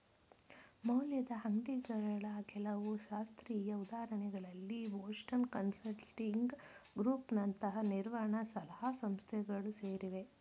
ಮೌಲ್ಯದ ಅಂಗ್ಡಿಗಳ ಕೆಲವು ಶಾಸ್ತ್ರೀಯ ಉದಾಹರಣೆಗಳಲ್ಲಿ ಬೋಸ್ಟನ್ ಕನ್ಸಲ್ಟಿಂಗ್ ಗ್ರೂಪ್ ನಂತಹ ನಿರ್ವಹಣ ಸಲಹಾ ಸಂಸ್ಥೆಗಳು ಸೇರಿವೆ